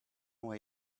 way